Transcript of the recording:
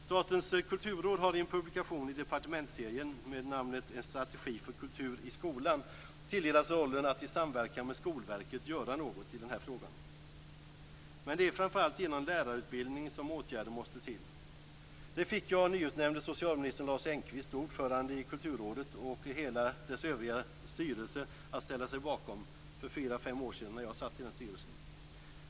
Statens kulturråd har i en publikation i departementsserien En strategi för kultur i skolan tilldelats rollen att i samverkan med Skolverket göra något i den här frågan. Men det är framför allt genom lärarutbildningen som åtgärder måste till. Det fick jag nyutnämnde socialministern Lars Engqvist, då ordförande i Kulturrådet, och hela dess styrelse i övrigt att ställa sig bakom för fyra fem år sedan, när jag satt i den styrelsen.